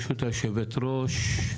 ברשות יושבת הראש,